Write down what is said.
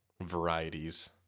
varieties